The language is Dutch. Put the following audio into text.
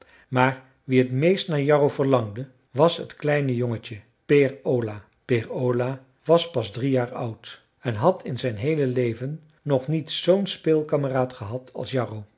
maar wie het meest naar jarro verlangde was het kleine jongetje peer ola peer ola was pas drie jaar oud en had in zijn heele leven nog niet zoo'n speelkameraad gehad als jarro